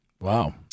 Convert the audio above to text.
Wow